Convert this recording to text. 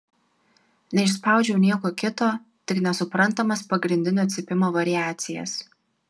neišspaudžiau nieko kito tik nesuprantamas pagrindinio cypimo variacijas